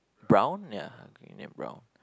brown ya brown